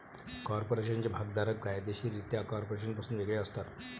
कॉर्पोरेशनचे भागधारक कायदेशीररित्या कॉर्पोरेशनपासून वेगळे असतात